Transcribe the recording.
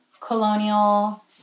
colonial